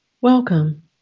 Welcome